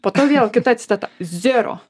po to vėl kita citata zero